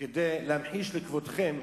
כדי להמחיש לכבודכם,